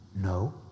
No